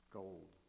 gold